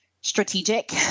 strategic